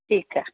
ठीकु आहे